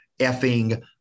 effing